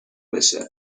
بشه